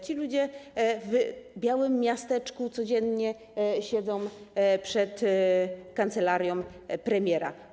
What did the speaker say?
Ci ludzie w białym miasteczku codziennie siedzą przed kancelarią premiera.